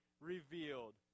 revealed